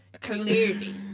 Clearly